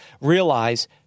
realize—